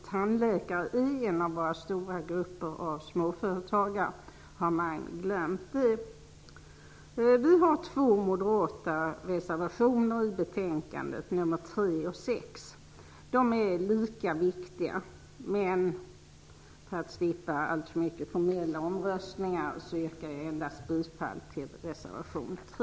Tandläkarna är en av våra stora grupper småföretagare. Har man glömt det? Vi har två moderata reservationer i betänkandet, nr 3 och 6. De är lika viktiga, men för att slippa alltför många formella omröstningar yrkar jag endast bifall till reservation 3.